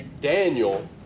Daniel